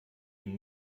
ihm